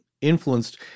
influenced